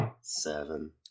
Seven